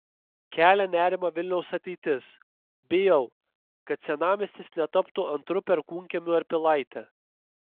kelia nerimą vilniaus ateitis bijau kad senamiestis netaptų antru perkūnkiemiu ar pilaite